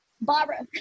Barbara